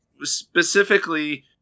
specifically